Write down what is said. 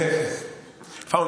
Forefather.